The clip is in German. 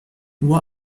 uhr